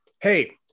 hey